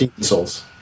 Souls